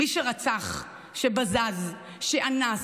מי שרצח, שבזז, שאנס,